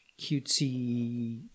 cutesy